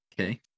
okay